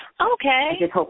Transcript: Okay